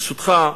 ברשותך,